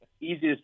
Easiest